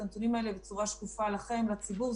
הנתונים האלה בצורה שקופה לכם ולציבור.